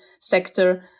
sector